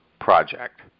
project